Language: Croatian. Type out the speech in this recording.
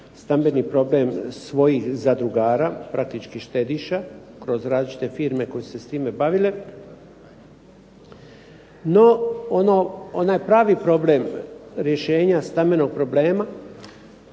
stambeni problem svojih zadrugara, praktički štediša kroz različite firme koje su se s time bavile. No, onaj pravi problem rješenja stambenog problema,